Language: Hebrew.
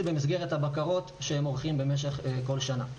במסגרת הבקרות שהם עורכים במשך כל שנה.